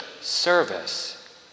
service